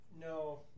no